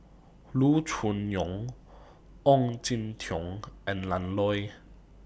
Loo Choon Yong Ong Jin Teong and Ian Loy